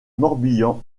morbihan